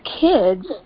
kids